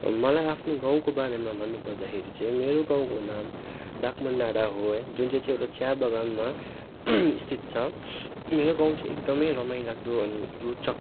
मलाई आफ्नो गाउँको बारेमा भन्नु पर्दाखेरि चाहिँ मेरो गाउँको नाम डाकमान डाँडा हो है जुन चाहिँ चाहिँ एउडा चिया बगानमा स्थित छ मेरो गाउँ चाहिँ एकदमै रमाइलो लाग्दो अनि रोचक